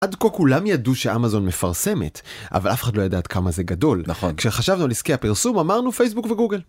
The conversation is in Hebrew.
עד כה כולם ידעו שאמזון מפרסמת אבל אף אחד לא ידע עד כמה זה גדול נכון כשחשבנו על עסקי הפרסום אמרנו פייסבוק וגוגל